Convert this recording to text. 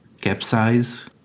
capsize